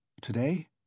Today